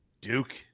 Duke